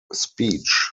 speech